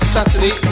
Saturday